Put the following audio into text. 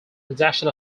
production